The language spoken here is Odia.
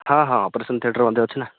ହଁ ହଁ ଅପରେସନ୍ ଥିଏଟର୍ ମଧ୍ୟ ଅଛି ନା